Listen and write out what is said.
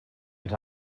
ens